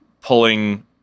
pulling